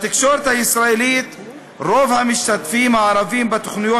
בתקשורת הישראלית רוב המשתתפים הערבים בתוכניות